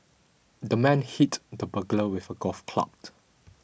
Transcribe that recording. the man hit the burglar with a golf clot